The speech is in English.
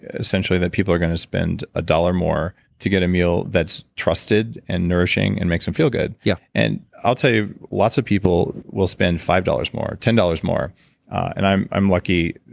essentially that people are going to spend one ah dollars more to get a meal that's trusted and nourishing and makes them feel good yeah and i'll tell you lots of people will spend five dollars more, ten dollars more and i'm i'm lucky,